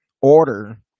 order